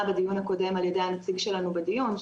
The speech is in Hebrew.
בדיון הקודם על ידי הנציג שלנו בדיון,